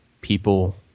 people